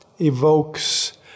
evokes